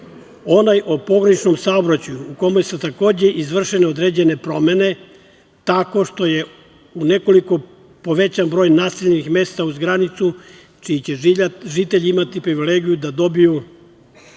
onaj o pograničnom saobraćaju u kome su takođe izvršene određene promene tako što je nekoliko povećan broj naseljenih mesta uz granicu čiji će žitelji imati privilegiju da dobiju